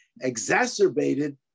exacerbated